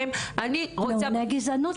זו גזענות,